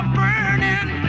burning